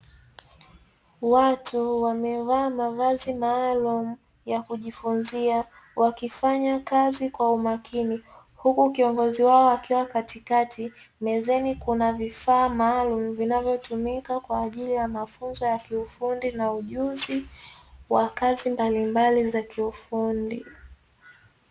Watu wamevaa mavazi maalumu ya kujifunzia, wakifanya kazi kwa umakini, huku kiongozi wao akiwa katikati, mezani kuna vifaa maalumu vinavyotumika kwa ajili ya mafunzo ya kiufundi na ujuzi wa kazi mbalimbali za kiufundi.